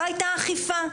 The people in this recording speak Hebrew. לא היתה אכיפה,